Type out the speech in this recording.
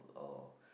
or